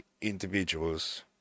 individuals